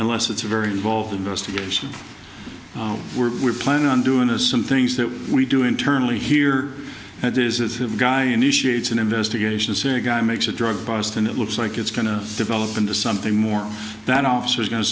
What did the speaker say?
unless it's a very involved investigation we're planning on doing as some things that we do internally here and this is the guy initiate an investigation say a guy makes a drug bust and it looks like it's going to develop into something more that officer is going to